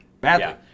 Badly